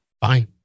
Fine